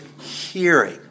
hearing